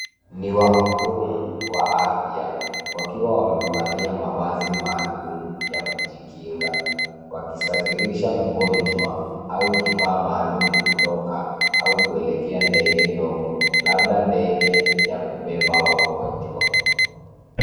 Ni wahudumu wa afya wakiwa wamevalia mavazi maalum ya kujikinga wakisafirisha mgonjwa au kifaa maalum kutoka au kuelekea ndege ndogo, labda ndege ya kubeba wagonjwa.